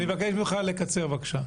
אבקש אותך לקצר, בבקשה.